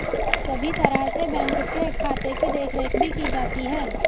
सभी तरह से बैंक के खाते की देखरेख भी की जाती है